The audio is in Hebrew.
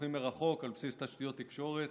ניתוחים מרחוק על בסיס תשתיות תקשורת,